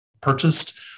purchased